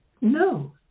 No